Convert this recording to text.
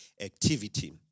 activity